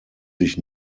sich